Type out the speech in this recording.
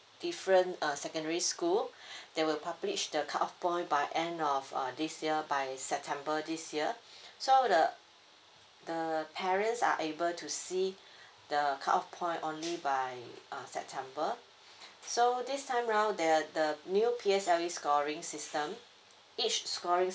different uh secondary school they will publish the cut off point by end of uh this year by september this year so the the parents are able to see the cut off point only by uh september so this time round there are the new P_S_L_E scoring system each scoring